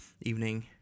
evening